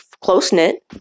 close-knit